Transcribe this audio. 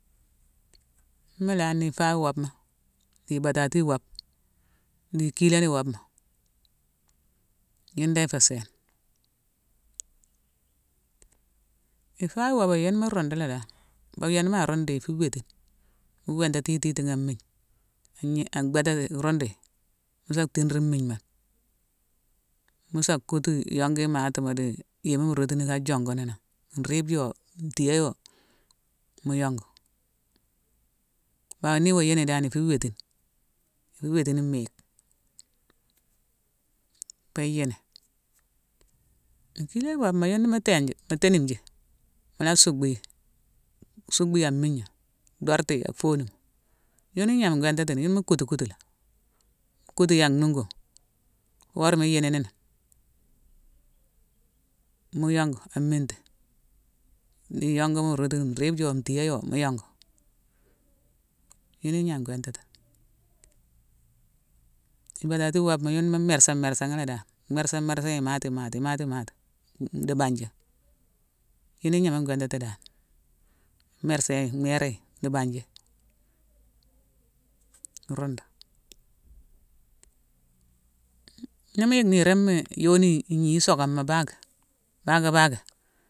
Nimu lan ni ifa wobma, di ibatati iwobma, di ikilone iwobma, yune dan ifé sééne. Ifa wobé, yune mu rundu la dan. Pabia ni ma rundu yi, ifu wétine. Mu wénetatiti tiitane an migne. Igni-bétati yi-rundu yi, mu sa tinrine mmigne mune, musa kutu iyongu imati di-i yéma mu rotini ka jonguni nangh; nriibe yo, ntiyé yo. mu yongu. Bao ni yo gnini dan. ifu wétine. Ifu wétine mmiick. Fo iyini. Ikilone iwobma yune ni mu tinji, mu ténime ji, mu la subu yi, subu yi an migna, dhorti yi a foonuma. Yune ignan gwintatini, yune mu kutu-kutu lé. Kuti yi an nunguma, worama i yini ni, mu yongu an minti. I yongu mu rotu; nriib yo, ntiyé yo, mu yongu. Yune ignan gwintatini. Ibatati iwobma, uyne mu mersa-mersa ghi la dan. Mersa-mersa yi imati-imati-imati di bangna. Yune ignan gwintatini dan. Mu mersa yi, mhera di banji, rundu. Ni mu yick niiroma yoni igni isokama baaké. Baaké-baaké.